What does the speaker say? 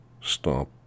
Stop